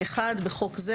1.בחוק זה,